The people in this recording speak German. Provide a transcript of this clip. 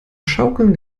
schaukeln